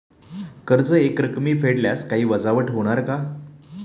कर्ज एकरकमी फेडल्यास काही वजावट होणार का?